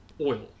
oil